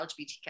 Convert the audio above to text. LGBTQ